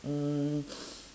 mm